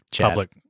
public